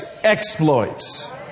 exploits